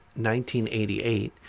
1988